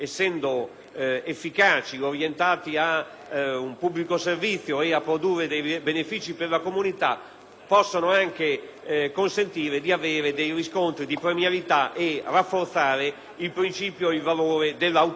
efficaci, orientati ad un pubblico servizio e a produrre benefìci per la comunità, possono anche consentire dei riscontri di premialità e rafforzare il principio e il valore dell'autonomia